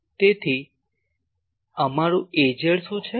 તેથી અમારું Az શું છે